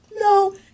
No